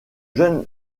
jeunes